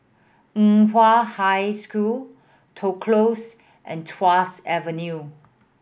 Nan Hua High School Toh Close and Tuas Avenue